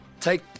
Take